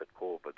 COVID